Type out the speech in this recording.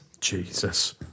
Jesus